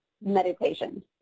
meditation